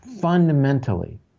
fundamentally